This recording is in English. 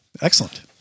Excellent